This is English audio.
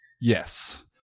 Yes